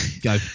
Go